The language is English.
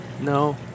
No